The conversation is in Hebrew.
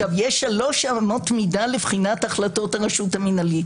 יש שלוש אמות מידה לבחינת החלטת הרשות המנהלית,